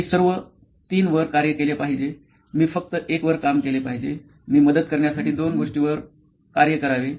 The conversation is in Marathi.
मी सर्व 3 वर कार्य केले पाहिजे मी फक्त 1 वर काम केले पाहिजे मी मदत करण्यासाठी 2 गोष्टींवर कार्य करावे